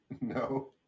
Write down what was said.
No